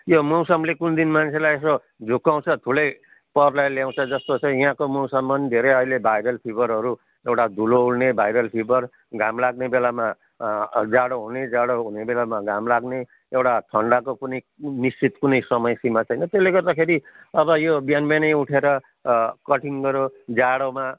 यो मौसमले कुन दिन मान्छेलाई यसो झुकाउँछ ठुलै प्रलय ल्यउँछ जस्तो छ याँको मौसममा पनि धेरै अहिले भाइरल फिभरहरू एउटा धुलो उड्ने भाइरल फिभर घाम लाग्ने बेलामा जाडो हुने जाडो हुने बेलामा घाम लाग्ने एउटा ठन्डाको कुनै निश्चित कुनै समय सीमा छैन त्यसले गर्दाखेरि अब यो बिहानबिहानै उठेर कठ्याङ्ग्रो जाडोमा